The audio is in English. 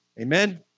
Amen